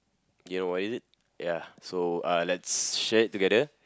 you know what is it ya so uh let's share it together